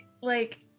like-